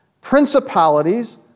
principalities